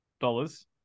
dollars